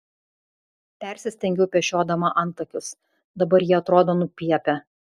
persistengiau pešiodama antakius dabar jie atrodo nupiepę